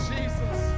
Jesus